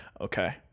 Okay